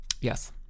Yes